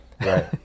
right